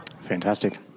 Fantastic